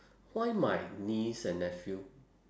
why my niece and nephew